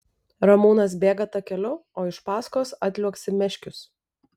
ramūnas bėga takeliu o iš paskos atliuoksi meškius